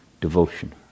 devotion